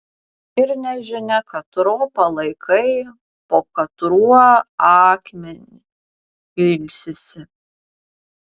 ir nežinia katro palaikai po katruo akmeniu ilsisi